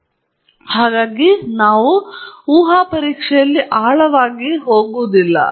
ಹೀಗೆ ನಾವು ಊಹಾ ಪರೀಕ್ಷೆಯಲ್ಲಿ ಆಳವಾಗಿ ಹೋಗುವುದಿಲ್ಲ